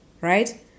Right